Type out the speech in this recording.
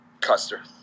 Custer